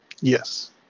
Yes